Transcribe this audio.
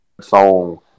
Song